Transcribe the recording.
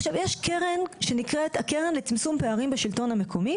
עכשיו יש קרן שנקראת הקרן לצמצום פערים בשלטון המקומי.